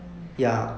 mm